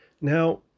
now